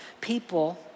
people